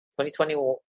2020